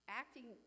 acting